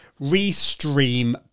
Restream